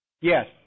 Yes